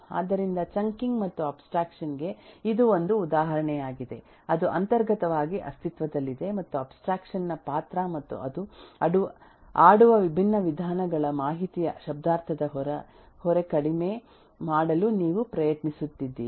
ಆದ್ದರಿಂದ ಚಂಕಿಂಗ್ ಮತ್ತು ಅಬ್ಸ್ಟ್ರಾಕ್ಷನ್ ಗೆ ಇದು ಒಂದು ಉದಾಹರಣೆಯಾಗಿದೆ ಅದು ಅಂತರ್ಗತವಾಗಿ ಅಸ್ತಿತ್ವದಲ್ಲಿದೆ ಮತ್ತು ಅಬ್ಸ್ಟ್ರಾಕ್ಷನ್ ನ ಪಾತ್ರ ಮತ್ತು ಅದು ಆಡುವ ವಿಭಿನ್ನ ವಿಧಾನಗಳ ಮಾಹಿತಿಯ ಶಬ್ದಾರ್ಥದ ಹೊರೆ ಕಡಿಮೆ ಮಾಡಲು ನೀವು ಪ್ರಯತ್ನಿಸುತ್ತಿದ್ದೀರಿ